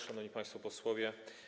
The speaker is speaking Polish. Szanowni Państwo Posłowie!